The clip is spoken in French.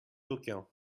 aucun